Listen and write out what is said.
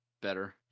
better